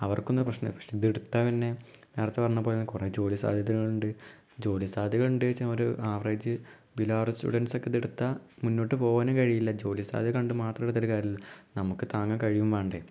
അവർക്കൊന്നും ഇത് പ്രശ്നം പക്ഷേ ഇതെടുത്താൽ പിന്നെ നേരത്തെ പറഞ്ഞ പോലെ കുറെ ജോലി സാധ്യതകലുണ്ട് ജോലി സാധ്യത കണ്ട്ച്ചാ ഒരു ആവറേജ് ബിലോ ആവറേജ് സ്റ്റുഡൻസക്കെ ഇതെടുത്താൽ മുന്നോട്ട് പോവാനും കഴിയില്ല ജോലി സാധ്യത കണ്ട് മാത്രം എടുത്തിട്ട് കാര്യല്ലൊ നമുക്ക് താങ്ങാൻ കഴിയും മേണ്ടെ